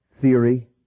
theory